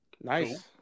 Nice